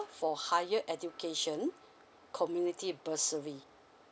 for higher education community bursary